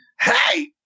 hey